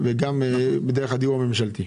גם דרך הדיור הממשלתי.